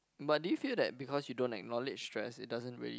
but do you feel that because you don't acknowledge stress it doesn't really